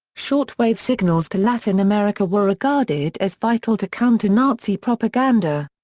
shortwave signals to latin america were regarded as vital to counter nazi propaganda.